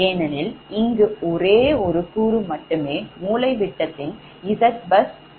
ஏனெனில் இங்கு ஒரே ஒரு கூறு மட்டுமே மூலை விட்டதின் Zbusold உடன் கூட்டப்படுகிறது